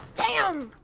damn.